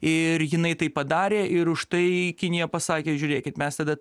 ir jinai tai padarė ir už tai kinija pasakė žiūrėkit mes tada